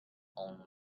own